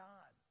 God